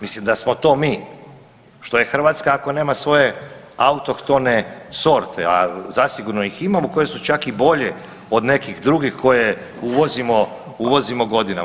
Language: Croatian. Mislim da smo to mi što je Hrvatska ako nema svoje autohtone sorte, a zasigurno ih imamo koje su čak i bolje od nekih drugih koje uvozimo godinama.